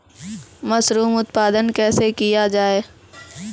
Mushroom उत्पादन कैसे किया जाय?